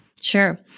Sure